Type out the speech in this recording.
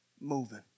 moving